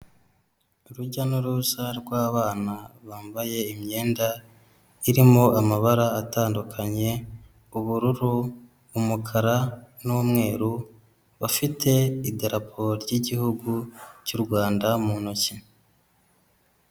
Urujya n'uruza rw'abana bambaye imyenda irimo amabara atandukanye ubururu, umukara n'umweru, bafite idarapo ry'Igihugu cy'u Rwanda mu ntoki.